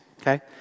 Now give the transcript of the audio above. okay